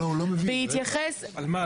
הוא לא מבין, רגע.